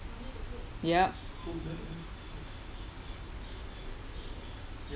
yup